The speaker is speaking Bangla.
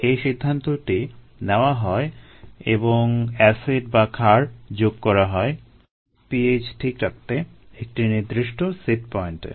এই সিদ্ধান্তটি নেওয়া হয় এবং এসিড বা ক্ষার যোগ করা হয় - pH ঠিক রাখতে একটি নির্দিষ্ট সেট পয়েন্টে